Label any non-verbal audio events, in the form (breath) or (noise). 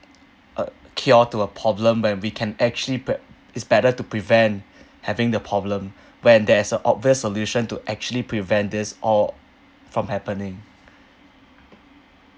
a cure to a problem when we can actually prev~ is better to prevent (breath) having the problem (breath) when there is a obvious solution to actually prevent this all from happening